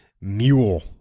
Mule